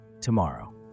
tomorrow